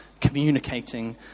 communicating